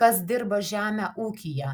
kas dirba žemę ūkyje